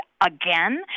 again